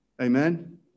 Amen